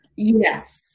yes